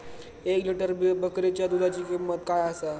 एक लिटर बकरीच्या दुधाची किंमत काय आसा?